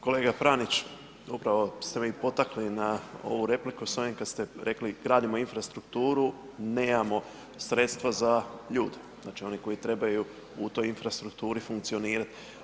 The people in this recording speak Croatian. Kolega Pranić, upravo ste me i potakli na ovu repliku s ovim kad ste rekli, gradimo infrastrukturu, nemamo sredstva za ljude, znači one koji trebaju u toj infrastrukturi funkcionirati.